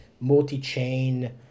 multi-chain